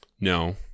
No